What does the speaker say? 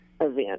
event